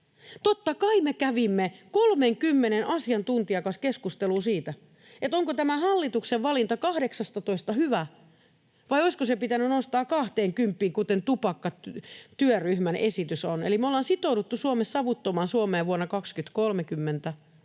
Totta kai me kävimme 30 asiantuntijan kanssa keskustelun siitä, onko tämä hallituksen valinta 18:sta hyvä, vai olisiko se pitänyt nostaa kahteenkymppiin, kuten tupakkatyöryhmän esitys on. Eli me ollaan sitouduttu Suomessa savuttomaan Suomeen vuonna 2030